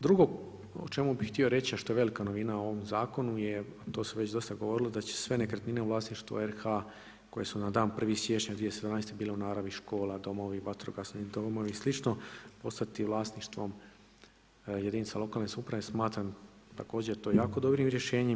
Drugo o čemu bi htio reći, a što je velika novina u ovom zakonu je to se već dosta govorilo da će se sve nekretnine u vlasništvu RH koje su na dan 1. siječnja 2017. bile u naravi škola, domovi, vatrogasni domovi i slično postati vlasništvo jedinica lokalne samouprave, smatram to također jako dobrim rješenjem.